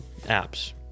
apps